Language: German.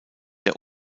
der